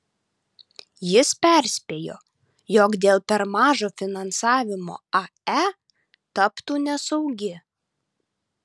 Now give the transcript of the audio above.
jis perspėjo jog dėl per mažo finansavimo ae taptų nesaugi